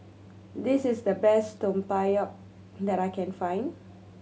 this is the best Tempoyak that I can find